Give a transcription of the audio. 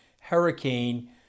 hurricane